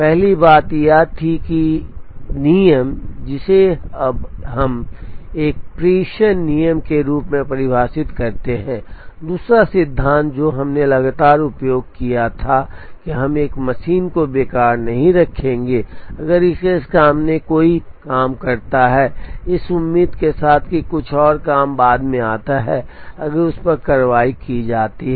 पहली बात यह थी कि नियम जिसे अब हम एक प्रेषण नियम के रूप में परिभाषित करते हैं दूसरा सिद्धांत जो हमने लगातार उपयोग किया था कि हम एक मशीन को बेकार नहीं रखेंगे अगर इसके सामने कोई काम करना है इस उम्मीद के साथ कि कुछ और काम बाद में आता है अगर उस पर कार्रवाई की जाती है